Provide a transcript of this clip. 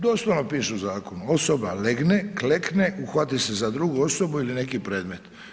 Doslovno piše u zakonu, osoba legne, klekne, uhvati se za drugu osobu ili predmet.